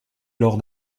lors